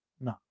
no